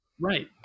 Right